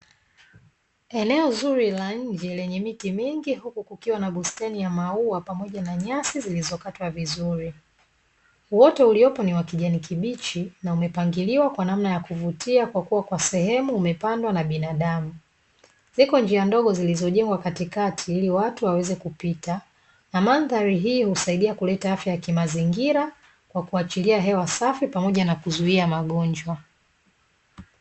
Eneo zuri la nje lenye miti mingi huku kukiwa na bustani yenye maua pamoja nyasi zilizokatwa vizuri. Uoto uliopo ni wa kijani kibichi na umepangiliwa kwa namna ya kuvutia, kwa kuwa kwa sehemu umepandwa na binadamu. Ziko njia ndogo zilizojengwa katikati ili watu waweze kupita na mandhari hii husaidia kuleta afya ya kimazingira kwa kuachilia hewa safi pamoja na kuzuia magonjwa.